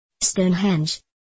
Stonehenge